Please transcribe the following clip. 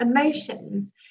emotions